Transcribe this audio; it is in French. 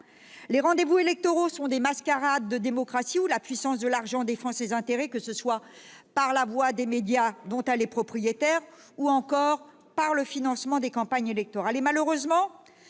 Les rendez-vous électoraux sont des mascarades de démocratie où la puissance de l'argent défend ses intérêts, que ce soit par la voie des médias dont elle est propriétaire ou encore par le financement des campagnes électorales.